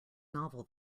novel